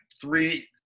three –